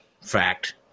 fact